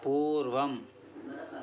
पूर्वम्